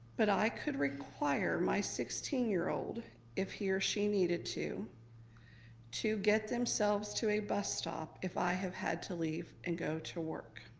but i could require my sixteen year old if he or she needed to to get themselves to a bus stop if i have had to leave and go to work.